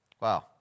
Wow